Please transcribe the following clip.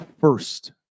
first